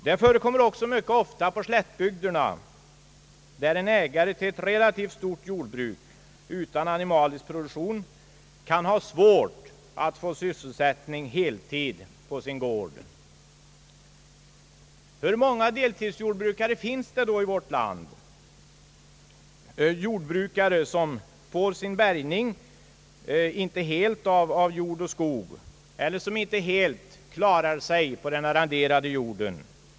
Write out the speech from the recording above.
Detta förekommer också mycket ofta på slättbygderna där en ägare till ett relativt stort jordbruk utan animalisk produktion kan ha svårt att få heltidssysselsättning på sin gård. Hur många brukare finns det då i vårt land som ej helt får sin bärgning av egen jord och skog eller som inte helt klarar sig på arrenderad jord?